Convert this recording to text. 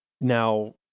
now